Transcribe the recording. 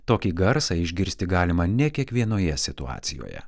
tokį garsą išgirsti galima ne kiekvienoje situacijoje